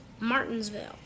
Martinsville